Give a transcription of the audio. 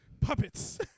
puppets